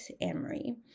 Amory